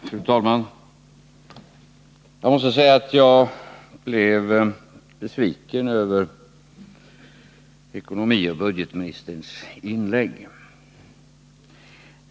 Fru talman! Jag måste säga att jag blev besviken över ekonomioch budgetministerns inlägg.